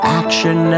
action